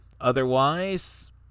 Otherwise